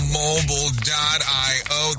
mobile.io